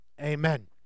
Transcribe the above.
amen